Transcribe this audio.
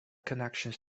connections